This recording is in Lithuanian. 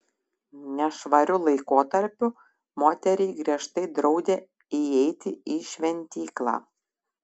nešvariu laikotarpiu moteriai griežtai draudė įeiti į šventyklą